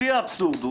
שיא האבסורד הוא